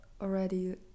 already